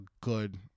good